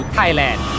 Thailand